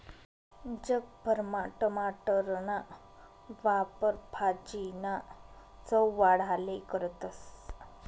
जग भरमा टमाटरना वापर भाजीना चव वाढाले करतस